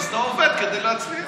אז אתה עובד כדי להצליח.